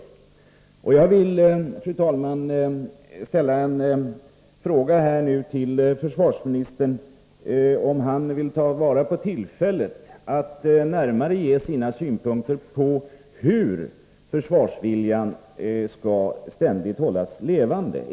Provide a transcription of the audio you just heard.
Jag vill, fru talman, fråga försvarsministern om han nu vill ta vara på tillfället att ge ytterligare synpunkter på hur försvarsviljan kan hållas ständigt levande.